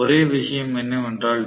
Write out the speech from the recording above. ஒரே விஷயம் என்னவென்றால் டி